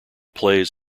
plays